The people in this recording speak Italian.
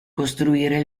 costruire